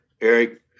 Eric